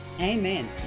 Amen